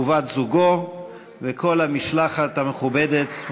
בת-זוגו וכל המשלחת המכובדת.